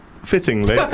Fittingly